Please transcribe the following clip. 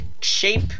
shape